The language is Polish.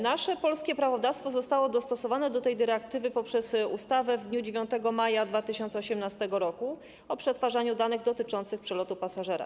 Nasze polskie prawodawstwo zostało dostosowane do tej dyrektywy poprzez ustawę z dnia 9 maja 2018 r. o przetwarzaniu danych dotyczących przelotu pasażera.